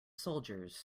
soldiers